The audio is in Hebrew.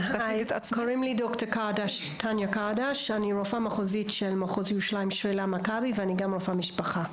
אני רופאה מחוזית של מחוז ירושלים-שפלה במכבי,